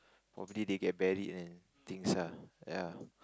probably they get buried and things lah ya